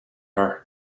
her